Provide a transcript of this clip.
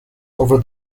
over